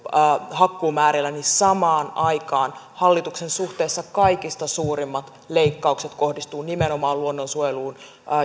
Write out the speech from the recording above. hakkuumäärillä ja samaan aikaan hallituksen suhteessa kaikista suurimmat leikkaukset kohdistuvat nimenomaan luonnonsuojeluun